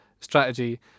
strategy